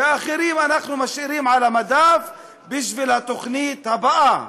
ואת האחרים אנחנו משאירים על המדף בשביל התוכנית הבאה.